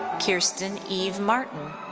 kiersten even martin.